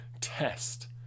test